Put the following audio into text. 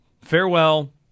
farewell